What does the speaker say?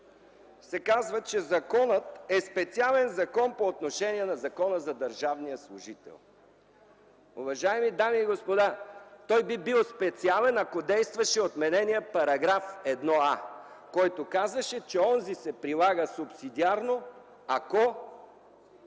се казва, че законът е специален закон по отношение на Закона за държавния служител. Уважаеми дами и господа, той би бил специален, ако действаше отмененият § 1а, който казваше, че онзи се прилага субсидиарно, ако